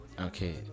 Okay